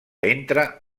entra